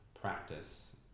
practice